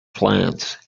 plans